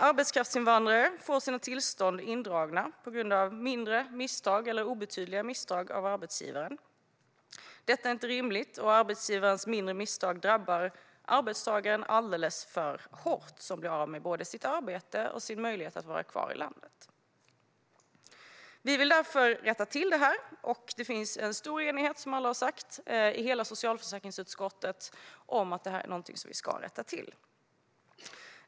Arbetskraftsinvandrare får sina tillstånd indragna på grund av obetydliga misstag av arbetsgivaren. Det är inte rimligt. Och arbetsgivarens mindre misstag drabbar arbetstagaren alldeles för hårt, då man blir av med både sitt arbete och möjligheten att vara kvar i landet. Vi vill därför rätta till det här. Det finns, som alla har sagt, en stor enighet i hela socialförsäkringsutskottet om att det ska rättas till.